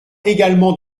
également